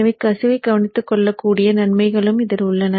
எனவே கசிவைக் கவனித்துக் கொள்ளக்கூடிய நன்மைகளும் இதில் உள்ளன